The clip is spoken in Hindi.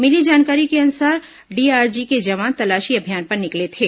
मिली जानकारी के अनुसार डीआरजी के जवान तलाशी अभियान पर निकले थे